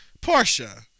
Portia